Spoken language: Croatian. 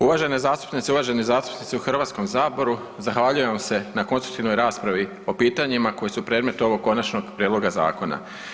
Uvažene zastupnice i uvaženi zastupnici u HS zahvaljujem vam se na konstruktivnoj raspravi po pitanjima koji su predmet ovog konačnog prijedloga zakona.